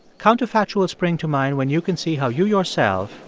counterfactuals spring to mind when you can see how you, yourself,